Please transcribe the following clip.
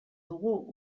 dugu